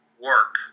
work